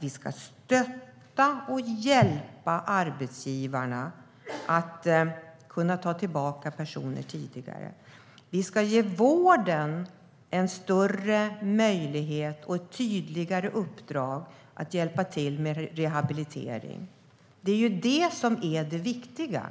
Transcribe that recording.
Vi ska stötta och hjälpa arbetsgivarna så att de kan ta tillbaka personer tidigare. Vi ska ge vården större möjligheter och ett tydligare uppdrag att hjälpa till med rehabilitering. Det är det viktiga.